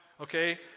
okay